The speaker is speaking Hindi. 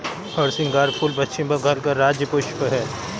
हरसिंगार फूल पश्चिम बंगाल का राज्य पुष्प है